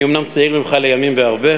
אני אומנם צעיר ממך בימים בהרבה,